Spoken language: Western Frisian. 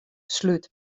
slút